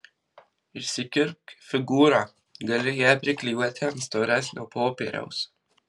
išsikirpk figūrą gali ją priklijuoti ant storesnio popieriaus